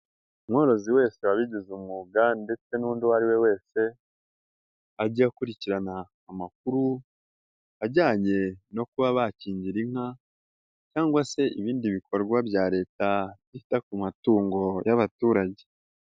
Umworozi wese wabigize umwuga ndetse n'undi uwo ari we wese, ajye akurikirana amakuru ajyanye no kuba bakingira inka cyangwa se ibindi bikorwa bya Leta byita ku matungo y'abaturage.